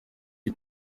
iyi